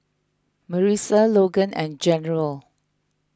Marissa Logan and General